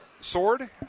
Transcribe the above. Sword